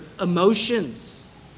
emotions